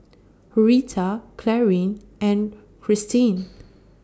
Rheta Clarine and Christen